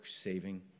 saving